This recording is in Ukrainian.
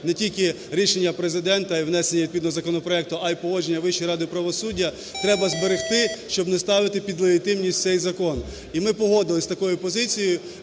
не тільки рішення Президента і внесення відповідного законопроекту, а й погодження Вищої ради правосуддя, треба зберегти, щоб не ставити під легітимність цей закон. І ми погодилися з такою позицією.